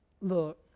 look